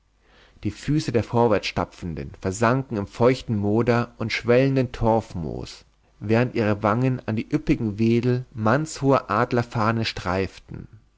die füße der vorwärtsstapfenden versanken im feuchten moder und schwellenden torfmoos während ihre wangen an die üppigen wedel mannshoher adlerfarne streiften